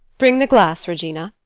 bring the glass, regina.